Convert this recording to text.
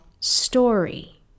story